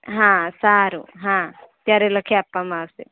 હા સારું હા ત્યારે લખી આપવામાં આવશે